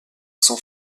san